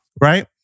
Right